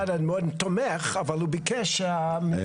המשרד מאוד תומך אבל הוא ביקש -- תומר,